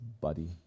buddy